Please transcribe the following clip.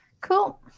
Cool